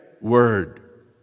Word